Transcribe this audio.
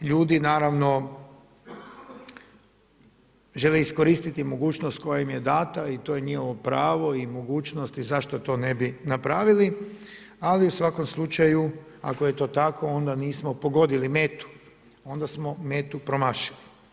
Ljudi naravno žele iskoristiti mogućnost koja im je dana i to je njihovo pravo i mogućnost i zašto to ne bi napravili, ali u svakom slučaju ako je to tako onda nismo pogodili metu onda smo metu promašili.